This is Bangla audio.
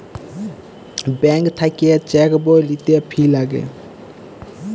ব্যাঙ্ক থাক্যে চেক বই লিতে ফি লাগে